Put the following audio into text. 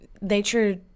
nature